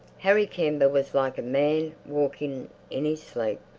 harry kember was like a man walking in his sleep.